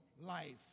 life